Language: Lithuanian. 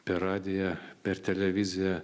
per radiją per televiziją